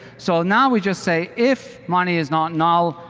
so now we just say if money is not null,